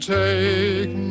take